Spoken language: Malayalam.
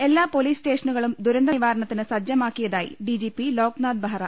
എല്ലാ പൊലീസ് സ്റ്റേഷനുകളും ദുരന്തനിവാരണത്തിന് സജ്ജമാക്കിയതായി D G P Loknath Behera